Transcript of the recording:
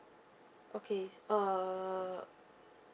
okay uh